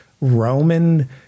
Roman